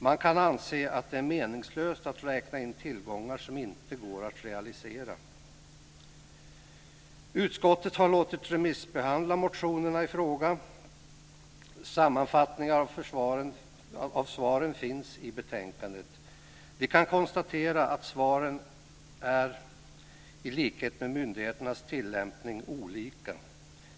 Man kan anse att det är meningslöst att räkna in tillgångar som inte går att realisera. Utskottet har låtit remissbehandla motionerna i frågan. Sammanfattningar av svaren finns i betänkandet. Vi kan konstatera att svaren i likhet med myndigheternas tillämpning är olika.